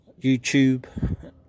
YouTube